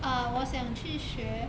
ah 我想去学